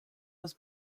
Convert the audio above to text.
was